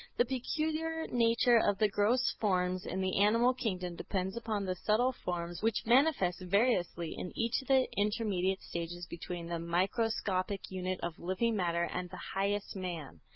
the peculiar nature of the gross forms in the animal kingdom depends upon the subtle forms which manifest variously in each of the intermediate stages between the microscopic unit of living matter and the highest man.